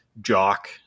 jock